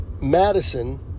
Madison